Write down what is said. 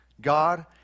God